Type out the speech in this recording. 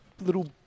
little